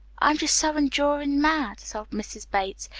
i'm just so endurin' mad, sobbed mrs. bates,